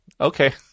Okay